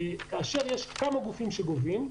כאשר יש כמה גופים שגובים,